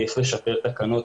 צריך לשפר תקנות,